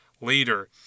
later